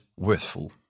worthful